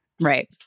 right